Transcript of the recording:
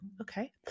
Okay